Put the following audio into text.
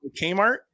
Kmart